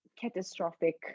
catastrophic